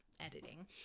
editing